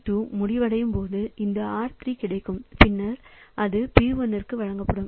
P2 முடிவடையும் போது இந்த R3 கிடைக்கும் பின்னர் அது P1 க்கு வழங்கப்படும்